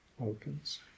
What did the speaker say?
opens